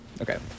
okay